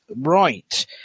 Right